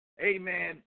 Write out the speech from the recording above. Amen